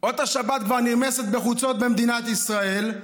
אות השבת כבר נרמסת בחוצות במדינת ישראל.